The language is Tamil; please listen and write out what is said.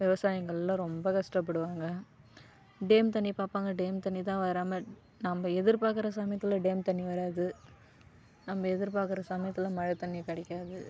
விவசாயிங்களெலாம் ரொம்ப கஷ்டப்படுவாங்க டேம் தண்ணியை பார்ப்பாங்க டேம் தண்ணிதான் வராமல் நம்ப எதிர்பார்க்குற சமயத்தில் டேம் தண்ணி வராது நம்ப எதிர்பாக்குற சமயத்தில் மழைத்தண்ணி கிடைக்காது